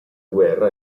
guerra